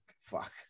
Fuck